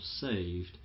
saved